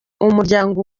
umuryango